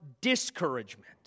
discouragement